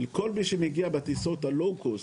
לכל מי שמגיע בטיסות הלואו קוסט,